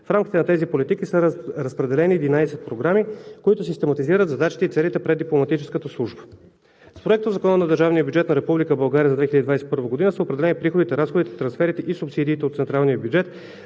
В рамките на тези политики са разпределени единадесет програми, които систематизират задачите и целите пред дипломатическата служба. С Проектозакона за държавния бюджет на Република България за 2021 г. са определени: приходите, разходите, трансферите и субсидиите от централния бюджет